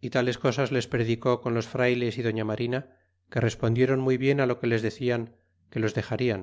y tales cosas les predicó con los frayles y doña marina que respondieron muy bien lo que les decian que los dexarian